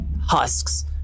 husks